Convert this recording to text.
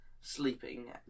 sleeping